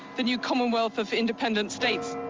the new commonwealth of independent states.